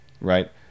Right